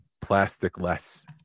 plastic-less